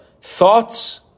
thoughts